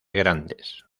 grandes